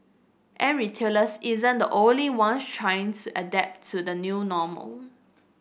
and retailers isn't the only one trying to adapt to the new normal